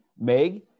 Meg